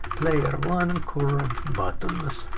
player one current buttons.